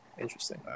Interesting